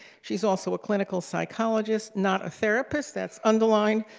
she is also a clinical psychologist, not a therapist, that's underlined,